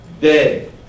day